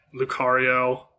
Lucario